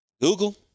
Google